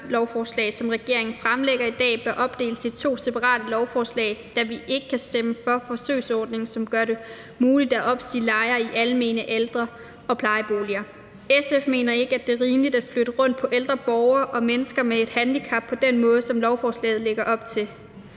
samlelovforslag, som regeringen fremsætter i dag, bør opdeles i to separate lovforslag, da vi ikke kan stemme for forsøgsordningen, som gør det muligt at opsige lejere i almene, ældre- og plejeboliger. SF mener ikke, at det er rimeligt at flytte rundt på ældre borgere og mennesker med et handicap på den måde, som lovforslaget lægger op til.